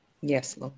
yes